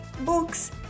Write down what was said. books